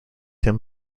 him